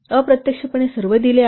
अप्रत्यक्षपणे सर्व दिले आहेत